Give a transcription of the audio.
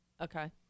Okay